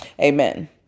Amen